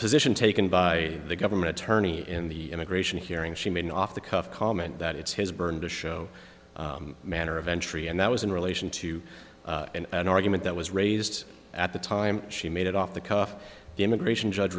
position taken by the government attorney in the immigration hearing she made an off the cuff comment that it's his burden to show manner of entry and that was in relation to an argument that was raised at the time she made it off the cuff the immigration judge